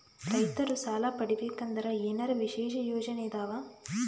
ರೈತರು ಸಾಲ ಪಡಿಬೇಕಂದರ ಏನರ ವಿಶೇಷ ಯೋಜನೆ ಇದಾವ?